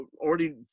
already